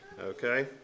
okay